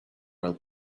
while